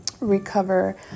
recover